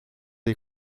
des